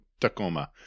tacoma